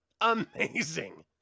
Amazing